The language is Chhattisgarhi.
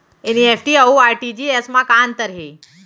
एन.ई.एफ.टी अऊ आर.टी.जी.एस मा का अंतर हे?